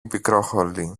πικρόχολη